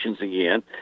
again